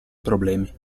problemi